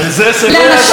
לא רק בדיבורים,